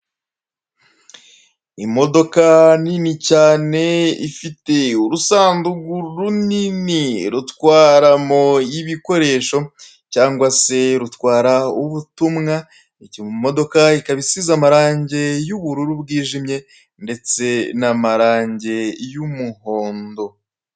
Imodoka nini cyane, ifite urusandugu runini, rutwaramo ibikoresho cyangwa se rutwara ubutumwa, iyo modoka ikaba isiza amarange y'ubururu bwijimye ndetse n'amarange y'umuhondo.